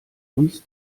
uns